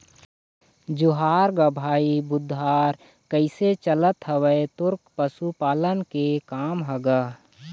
जोहार गा भाई बुधार कइसे चलत हवय तोर पशुपालन के काम ह गा?